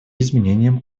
изменением